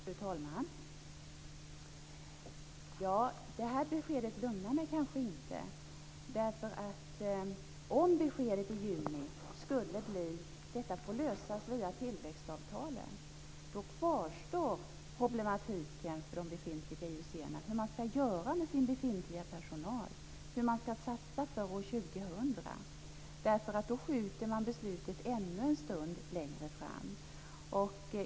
Fru talman! Det här beskedet lugnar mig kanske inte. Om beskedet i juni skulle bli att detta får lösas via tillväxtavtalen, kvarstår de befintliga IUC:nas problem hur de skall göra med sin befintliga personal och hur de skall satsa för år 2000. Då skjuter man upp beslutet ännu en tid.